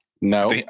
No